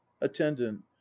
attendant